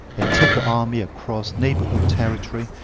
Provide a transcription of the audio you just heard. and take your army across neighborhood territory,